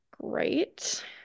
great